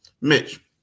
Mitch